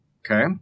okay